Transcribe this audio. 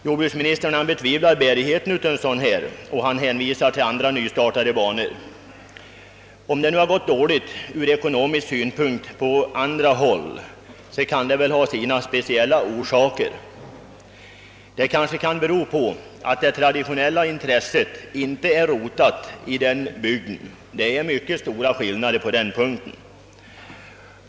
Jordbruksministern = betvivlar bärigheten hos en sådan och hänvisar till andra nystartade banor. Om det har gått dåligt ur ekonomisk synpunkt på andra håll, kan det emellertid ha sina speciella orsaker. Kanske det beror på att det traditionella hästintresset inte är så djupt rotat i vederbörande bygd; skillnaderna på den punkten är mycket stora.